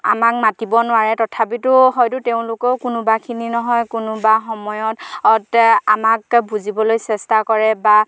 আমাক মাতিব নোৱাৰে তথাপিতো হয়তো তেওঁলোকেও কোনোবাখিনি নহয় কোনোবা সময়ত আমাক বুজিবলৈ চেষ্টা কৰে বা